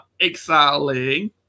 exiling